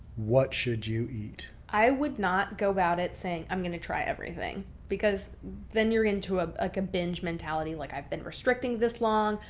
what should you eat? i would not go about it saying i'm going to try everything because then you're into ah like a binge mentality. like i've been restricting this long.